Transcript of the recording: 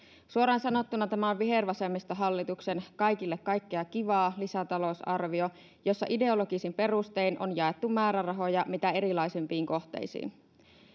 suoraan sanottuna tämä on vihervasemmistohallituksen kaikille kaikkea kivaa lisätalousarvio jossa ideologisin perustein on jaettu määrärahoja mitä erilaisimpiin kohteisiin